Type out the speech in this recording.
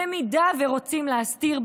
במידה שרוצים להסתיר,